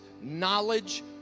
knowledge